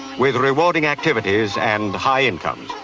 with rewarding activities and high incomes.